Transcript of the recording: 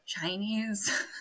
Chinese